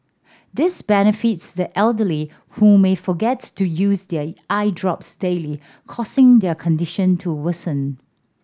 this benefits the elderly who may forget to use their eye drops daily causing their condition to worsen